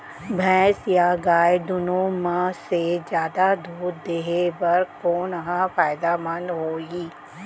भैंस या गाय दुनो म से जादा दूध देहे बर कोन ह फायदामंद होही?